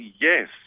yes